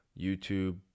YouTube